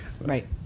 right